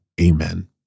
Amen